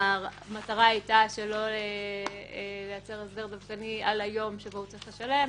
המטרה היתה שלא לייצר הסדר דווקני על היום שבו הוא צריך לשלם,